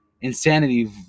insanity